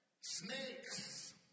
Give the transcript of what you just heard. Snakes